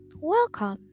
Welcome